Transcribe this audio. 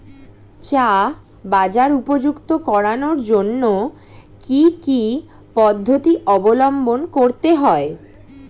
চা বাজার উপযুক্ত করানোর জন্য কি কি পদ্ধতি অবলম্বন করতে হয়?